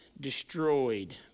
Destroyed